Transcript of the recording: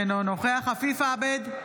אינו נוכח עפיף עבד,